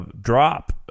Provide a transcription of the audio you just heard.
drop